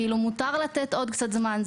כאילו, מותר לתת עוד קצת זמן.